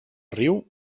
riu